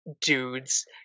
dudes